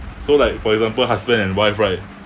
so like for example husband and wife right